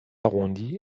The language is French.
arrondis